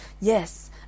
Yes